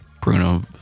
Bruno